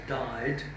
died